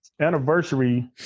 anniversary